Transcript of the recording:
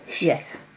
yes